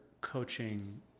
coaching